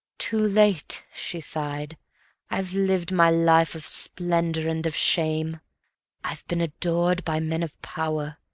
too late! she sighed i've lived my life of splendor and of shame i've been adored by men of power,